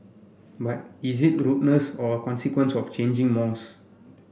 but is it rudeness or a consequence of changing mores